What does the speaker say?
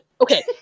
okay